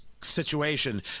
situation